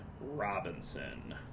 Robinson